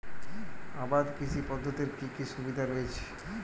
আবাদ কৃষি পদ্ধতির কি কি সুবিধা রয়েছে?